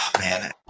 man